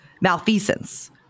malfeasance